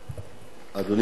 אדוני היושב-ראש,